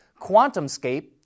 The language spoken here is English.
QuantumScape